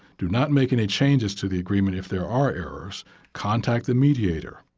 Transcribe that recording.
do not make any changes to the agreement if there are errors contact the mediator.